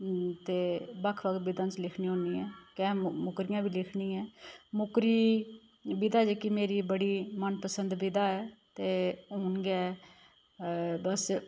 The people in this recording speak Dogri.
ते बक्ख बक्ख विधां च लिखनी होन्नी आं कैंह् मुकरियां बी लिखनी ऐं मुकरी विधा जेह्की मेरी मनपसंद विधा ऐ ते हून गै बस